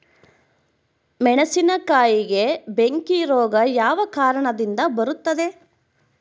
ಮೆಣಸಿನಕಾಯಿಗೆ ಬೆಂಕಿ ರೋಗ ಯಾವ ಕಾರಣದಿಂದ ಬರುತ್ತದೆ?